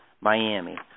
Miami